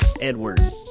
Edward